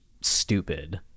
stupid